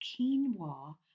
quinoa